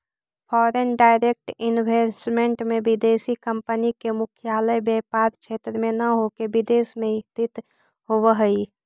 foreign direct investment में विदेशी company के मुख्यालय व्यापार क्षेत्र में न होके विदेश में स्थित होवऽ हई